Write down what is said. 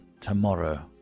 tomorrow